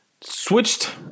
switched